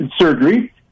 surgery